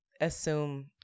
assume